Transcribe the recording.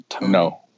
No